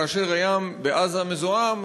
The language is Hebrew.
כאשר הים בעזה מזוהם,